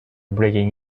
breaking